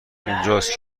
اونجاست